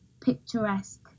picturesque